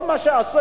כל מה שהם עשו,